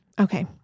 Okay